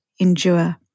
endure